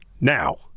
Now